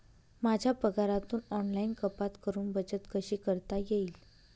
माझ्या पगारातून ऑनलाइन कपात करुन बचत कशी करता येईल?